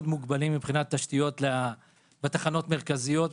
מוגבלים מבחינת התשתיות בתחנות המרכזיות,